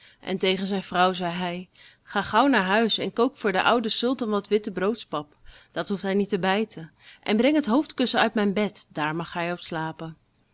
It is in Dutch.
en tegen zijn vrouw zei hij ga gauw naar huis en kook voor den ouden sultan wat wittebroodspap dat hoeft hij niet te bijten en breng het hoofdkussen uit mijn bed daar mag hij op slapen